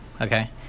okay